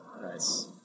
Nice